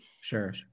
Sure